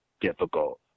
difficult